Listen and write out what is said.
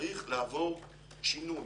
צריך לעבור שינוי,